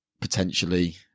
potentially